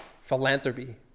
philanthropy